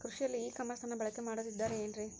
ಕೃಷಿಯಲ್ಲಿ ಇ ಕಾಮರ್ಸನ್ನ ಬಳಕೆ ಮಾಡುತ್ತಿದ್ದಾರೆ ಏನ್ರಿ?